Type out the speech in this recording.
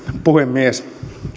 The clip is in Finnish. puhemies